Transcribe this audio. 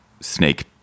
snake